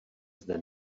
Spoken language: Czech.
zde